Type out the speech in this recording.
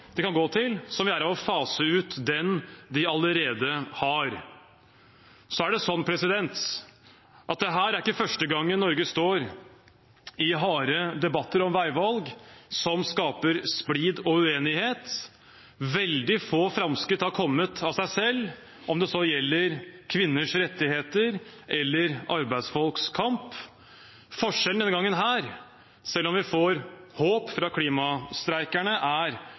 de kan gå til, som vi er av å fase ut den de allerede har. Dette er ikke første gangen Norge står i harde debatter om veivalg som skaper splid og uenighet. Veldig få framskritt har kommet av seg selv, om det så gjelder kvinners rettigheter eller arbeidsfolks kamp. Forskjellen denne gangen, selv om vi får håp fra klimastreikerne, er